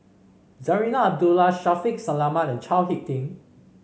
Zarinah Abdullah Shaffiq Selamat and Chao HicK Tin